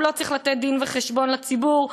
הוא לא צריך לתת דין-וחשבון לציבור,